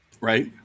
Right